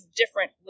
different